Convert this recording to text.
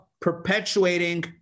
perpetuating